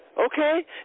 okay